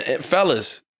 Fellas